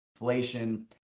inflation